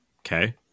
Okay